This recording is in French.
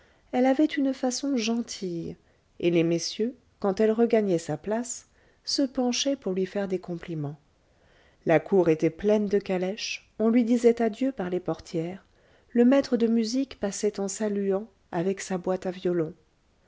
elle avait une façon gentille et les messieurs quand elle regagnait sa place se penchaient pour lui faire des compliments la cour était pleine de calèches on lui disait adieu par les portières le maître de musique passait en saluant avec sa boîte à violon